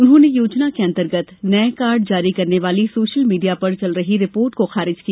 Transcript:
उन्होंने योजना के अंतर्गत नए कार्ड जारी करने वाली सोशल मीडिया पर चल रही रिपोर्ट को खारिज किया